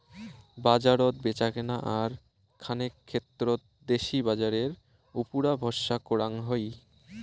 বাজারত ব্যাচাকেনা আর খানেক ক্ষেত্রত দেশি বাজারের উপুরা ভরসা করাং হই